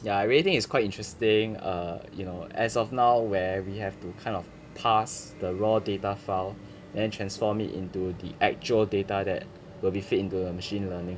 ya I really think is quite interesting err you know as of now where we have to kind of pass the raw data file then transform it into the actual data that will be feed into the machine learning